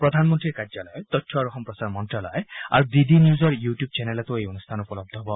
প্ৰাধনমন্ত্ৰীৰ কাৰ্যালয় তথ্য আৰু সম্প্ৰচাৰ মন্ত্ৰালয় আৰু ডি ডি নিউজৰ ইউটিউব চেনেলতো এই অনুষ্ঠান উপলব্ধ হ'ব